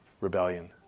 rebellion